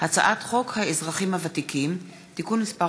הצעת חוק האזרחים הוותיקים (תיקון מס'